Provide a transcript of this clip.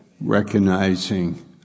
recognizing